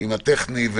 עם הטכני,